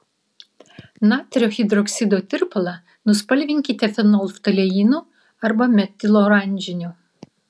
natrio hidroksido tirpalą nuspalvinkite fenolftaleinu arba metiloranžiniu